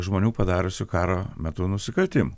žmonių padariusių karo metu nusikaltimų